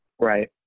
Right